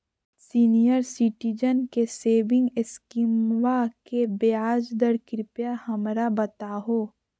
senior citizen के सेविंग स्कीमवा के ब्याज दर कृपया हमरा बताहो